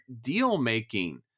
deal-making